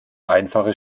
einfache